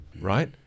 right